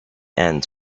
ends